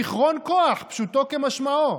שיכרון כוח פשוטו כמשמעו.